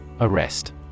Arrest